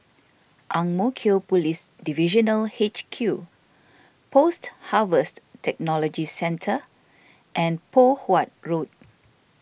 Ang Mo Kio Police Divisional H Q Post Harvest Technology Centre and Poh Huat Road